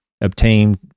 obtained